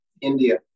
India